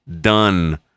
done